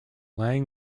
lange